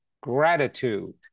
gratitude